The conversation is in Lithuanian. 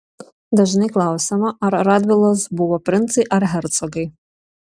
dažnai klausiama ar radvilos buvo princai ar hercogai